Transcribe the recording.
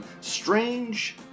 Strange